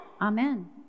Amen